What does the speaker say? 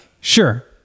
Sure